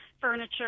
furniture